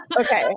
Okay